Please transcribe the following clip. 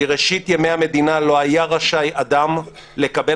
מראשית ימי המדינה לא היה רשאי אדם לקבל